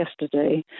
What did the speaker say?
yesterday